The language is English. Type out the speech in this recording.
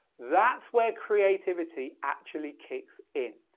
that's where creativity actually kicks in.